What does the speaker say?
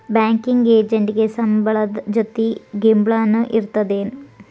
Banking ಎಜೆಂಟಿಗೆ ಸಂಬ್ಳದ್ ಜೊತಿ ಗಿಂಬ್ಳಾನು ಇರ್ತದೇನ್?